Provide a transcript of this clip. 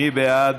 מי בעד